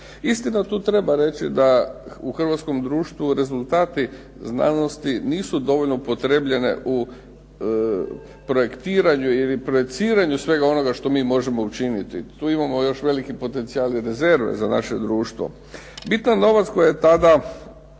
Istina tu treba reći da u hrvatskom društvu rezultati znanosti nisu dovoljno upotrebljene u projektiranju ili projiciranju svega onoga što mi možemo učiniti. Tu imamo još veliki potencijal i rezerve za naše društvo. Bitan je novac koji je tada